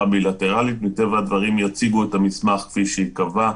בילטרלית מטבע הדברים יציגו את המסמך כפי שייקבע.